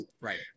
Right